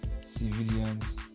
civilians